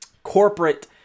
corporate